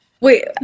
wait